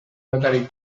notarik